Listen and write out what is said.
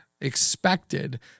expected